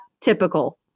typical